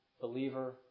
believer